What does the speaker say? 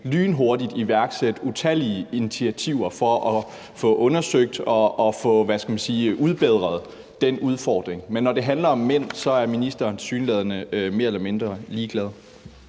lynhurtigt iværksat utallige initiativer for at få undersøgt og få udbedret og løst den udfordring. Men når det handler om mænd, er ministeren tilsyneladende mere eller mindre ligeglad.